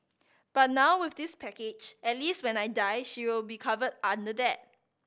but now with this package at least when I die she will be covered under that